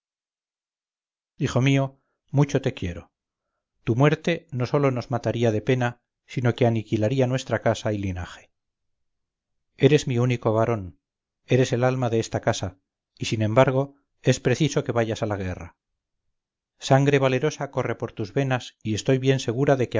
hijo mío mucho te quiero tu muerte no sólo nos mataría de pena sino que aniquilaría nuestra casa y linaje eres mi único varón eres el alma de esta casa y sin embargo es preciso que vayas a la guerra sangre valerosa corre por tus venas y estoy bien segura de